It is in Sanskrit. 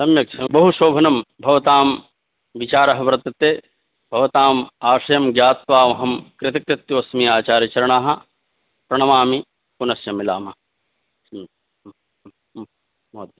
सम्यक् बहु शोभनं भवतां विचारः वर्तते भवताम् आशयं ज्ञात्वा अहं कृतकृत्वोऽस्मि आचार्यचरणाः प्रणमामि पुनश्च मिलामः महोदय